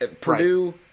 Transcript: Purdue